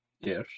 Yes